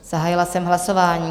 Zahájila jsem hlasování.